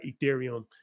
Ethereum